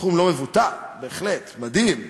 סכום לא מבוטל, מדהים,